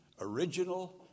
original